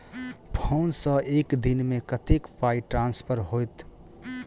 Phone सँ एक दिनमे कतेक पाई ट्रान्सफर होइत?